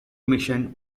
mission